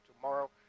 tomorrow